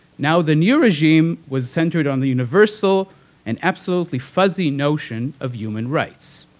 now, the new regime was centered on the universal and absolutely fuzzy notion of human rights,